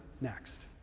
next